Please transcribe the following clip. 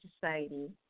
society